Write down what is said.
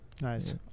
Nice